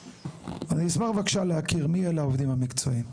אני אשמח בבקשה להכיר, מי אלו העובדים המקצועיים?